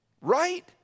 right